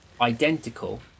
identical